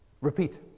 repeat